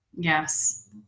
Yes